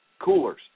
Coolers